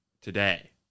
today